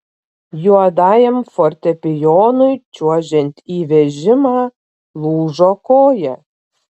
juodajam fortepijonui čiuožiant į vežimą lūžo koja